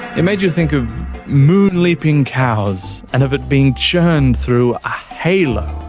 it made you think of moon-leaping cows, and of it being churned through a halo.